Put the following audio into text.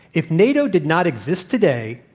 if nato did not exist today,